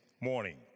morning